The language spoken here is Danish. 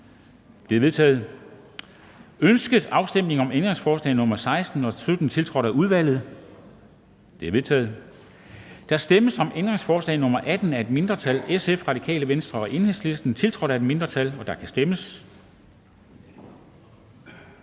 Det er vedtaget. Ønskes afstemning om ændringsforslag nr. 16 og 17, tiltrådt af udvalget? De er vedtaget. Der stemmes om ændringsforslag nr. 18 af et mindretal (SF, RV og EL), tiltrådt af et mindretal (FG, IA, SIU